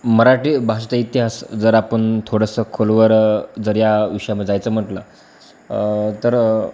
मराठी भाषेचा इतिहास जर आपण थोडंसं खोलवर जर या विषयामध्ये जायचं म्हटलं तर